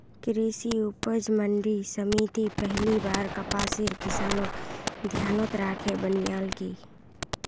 कृषि उपज मंडी समिति पहली बार कपासेर किसानक ध्यानत राखे बनैयाल की